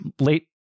late